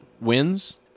wins